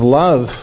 love